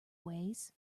ways